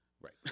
Right